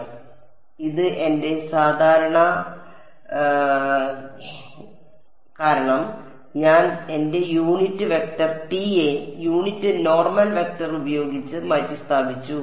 അതിനാൽ ഇത് എന്റെ സാധാരണ എന്തിനാണ് കാരണം ഞാൻ എന്റെ യൂണിറ്റ് വെക്റ്റർ ടിയെ യൂണിറ്റ് നോർമൽ വെക്റ്റർ ഉപയോഗിച്ച് മാറ്റിസ്ഥാപിച്ചു